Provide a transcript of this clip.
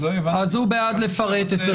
אז הוא בעד לפרט -- אבל